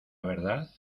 verdad